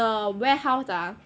the warehouse ah